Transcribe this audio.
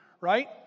right